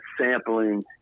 sampling